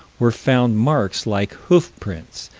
were found marks like hoof prints,